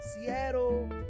Seattle